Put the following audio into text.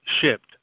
shipped